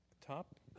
top